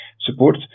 support